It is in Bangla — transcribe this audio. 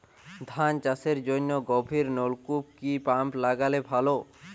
ধান চাষের জন্য গভিরনলকুপ কি পাম্প লাগালে ভালো?